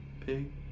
pig